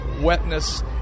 wetness